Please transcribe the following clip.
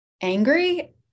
angry